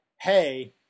hey